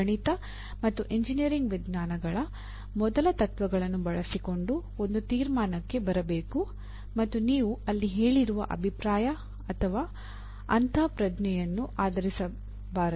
ಗಣಿತ ಮತ್ತು ಎಂಜಿನಿಯರಿಂಗ್ ವಿಜ್ಞಾನಗಳ ಮೊದಲ ತತ್ವಗಳನ್ನು ಬಳಸಿಕೊಂಡು ಒಂದು ತೀರ್ಮಾನಕ್ಕೆ ಬರಬೇಕು ಮತ್ತು ನೀವು ಅಲ್ಲಿ ಹೇಳಿರುವ ಅಭಿಪ್ರಾಯ ಅಥವಾ ಅಂತಃಪ್ರಜ್ಞೆಯನ್ನು ಆಧರಿಸಿರಬಾರದು